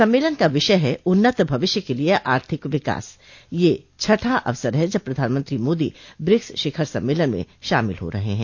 सम्मेलन का विषय है उन्नत भविष्य के लिए आर्थिक विकास यह छठा अवसर है जब प्रधानमंत्री मोदी ब्रिक्स शिखर सम्मेलन में शामिल हो रहे हैं